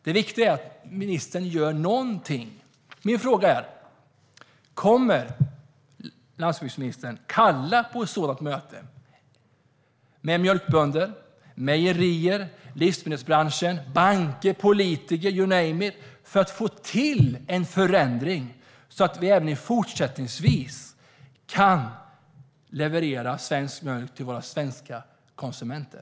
Det viktiga är att ministern gör någonting. Min fråga är: Kommer landsbygdsministern att kalla till ett sådant möte med mjölkbönder, mejerier, livsmedelsbranschen, banker, politiker, you name it, för att få till en förändring så att vi även fortsättningsvis kan leverera svensk mjölk till våra svenska konsumenter?